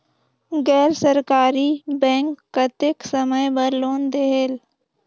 गैर सरकारी बैंक कतेक समय बर लोन देहेल?